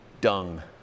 dung